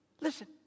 Listen